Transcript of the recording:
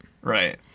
Right